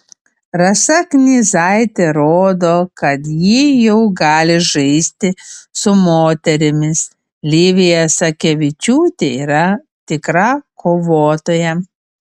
rasa knyzaitė rodo kad ji jau gali žaisti su moterimis livija sakevičiūtė yra tikra kovotoja